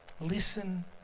Listen